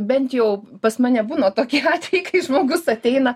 bent jau pas mane būna tokie atvejai kai žmogus ateina